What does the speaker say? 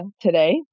today